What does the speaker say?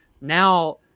Now